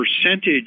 percentage